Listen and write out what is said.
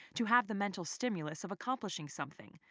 to have the mental stimulus of accomplishing something.